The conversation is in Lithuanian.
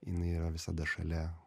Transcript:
jinai yra visada šalia